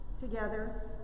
Together